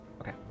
Okay